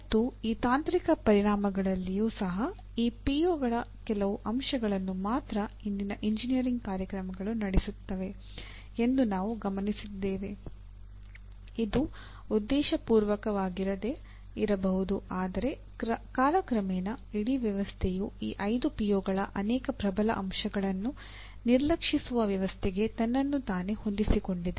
ಮತ್ತು ಈ ತಾಂತ್ರಿಕ ಪರಿಣಾಮಗಳಲ್ಲಿಯೂ ಸಹ ಈ ಪಿಒಗಳ ಅನೇಕ ಪ್ರಬಲ ಅಂಶಗಳನ್ನು ನಿರ್ಲಕ್ಷಿಸುವ ವ್ಯವಸ್ಥೆಗೆ ತನ್ನನ್ನು ತಾನೇ ಹೊಂದಿಸಿಕೊಂಡಿದೆ